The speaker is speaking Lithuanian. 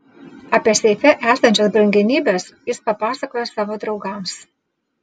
apie seife esančias brangenybes jis papasakojo savo draugams